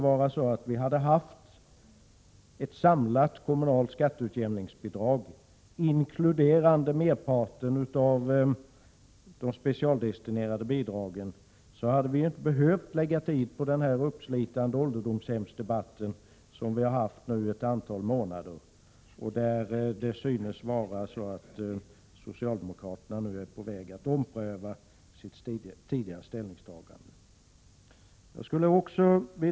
Om vi hade haft ett samlat kommunalt skatteutjämningsbidrag som inkluderade merparten av de specialdestinerade bidragen, hade vi inte behövt lägga ned tid på den uppslitande ålderdomshemsdebatt, som nu har förts i ett antal månader. Det synes nu som om socialdemokraterna är på väg att ompröva sitt tidigare ställningstagande i fråga om ålderdomshemmen.